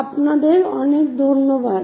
আপনাকে অনেক ধন্যবাদ